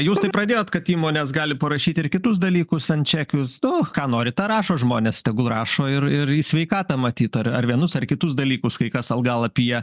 jūs taip pradėjot kad įmonės gali parašyti ir kitus dalykus ant čekius nu ką nori tą rašo žmonės tegul rašo ir ir į sveikatą matyt ar ar vienus ar kitus dalykus kai kas algalapyje